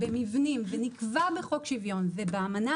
במבנים - ונקבע בחוק שוויון ובאמנה